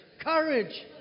Courage